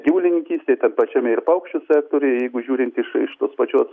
gyvulininkystėj tam pačiame ir paukščių sektoriuje jeigu žiūrint iš iš tos pačios